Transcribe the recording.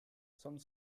some